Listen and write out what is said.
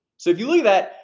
so if you look at that,